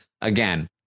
again